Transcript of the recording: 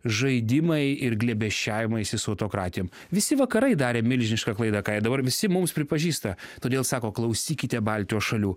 žaidimai ir glėbesčiavimaisi su autokratijom visi vakarai darė milžinišką klaidą ką jie dabar visi mums pripažįsta todėl sako klausykite baltijos šalių